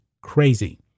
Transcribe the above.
crazy